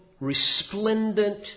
resplendent